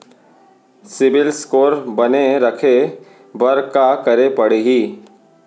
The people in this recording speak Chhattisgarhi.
सिबील स्कोर बने रखे बर का करे पड़ही?